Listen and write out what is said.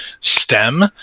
stem